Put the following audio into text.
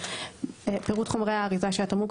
4.3. פירוט חומרי האריזה של התמרוק,